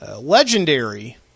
legendary